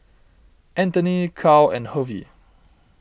Anthony Carl and Hervey